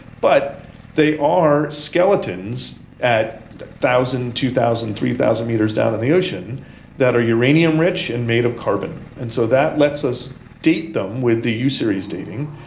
but they are skeletons at one thousand, two thousand, three thousand metres down in the ocean that are uranium rich and made of carbon. and so that lets us date them with the u-series dating,